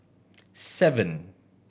seven